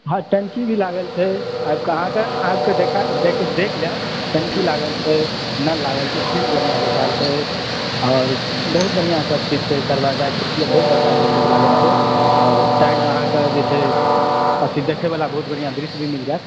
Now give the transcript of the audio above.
हाँ टंकी भी लागल छै अहाँ देख लेब टंकी लागल छै नल लागल छै शीट बढ़िऑं बैठायल छै आओर बहुत बढिऑं सब किछु दरवाजा खिड़की अर बहुत अच्छा सब किछु लागल छै साइड मे अहाँके जे छै देखै बला बहुत बढ़िऑं दृश्य भी मिल जायत